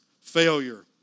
failure